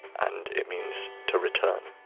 and it means to return